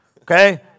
Okay